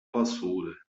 vassoura